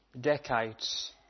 decades